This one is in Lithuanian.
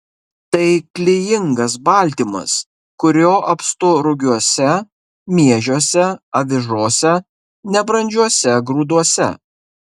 tai klijingas baltymas kurio apstu rugiuose miežiuose avižose nebrandžiuose grūduose